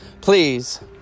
please